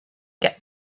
get